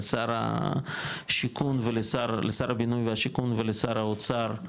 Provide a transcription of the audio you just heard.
לשר הבינוי והשיכון ולשר האוצר,